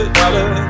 dollar